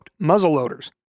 muzzleloaders